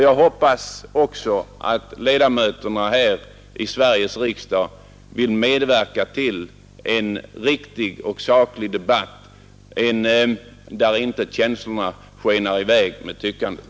Jag hoppas också att ledamöterna här i Sveriges riksdag vill medverka till en riktig och saklig debatt där känslorna inte skenar i väg med tyckandet.